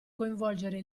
coinvolgere